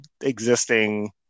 existing